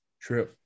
true